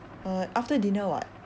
uh after dinner [what]